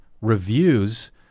Reviews